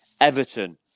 Everton